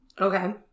Okay